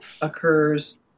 occurs